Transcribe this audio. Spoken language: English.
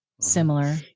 similar